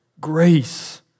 Grace